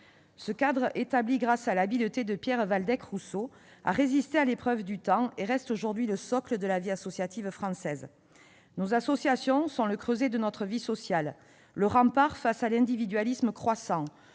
Ce cadre, établi grâce à l'habileté de Pierre Waldeck-Rousseau, a résisté à l'épreuve du temps et reste aujourd'hui le socle de la vie associative française. Nos associations sont le creuset de notre vie sociale, le rempart face à l'individualisme croissant